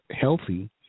healthy